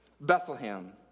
Bethlehem